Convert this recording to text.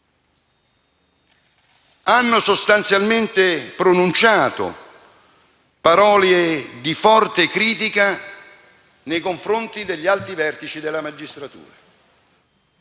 Hanno sostanzialmente pronunciato parole di forte critica nei confronti degli alti vertici della magistratura,